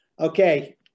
okay